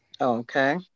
Okay